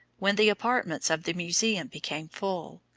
when the apartments of the museum became full.